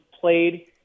played